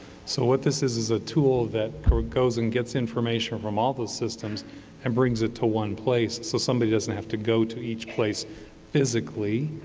so what this is is a tool that goes and gets information from all those systems and brings it to one place so somebody doesn't have to go to each place physically,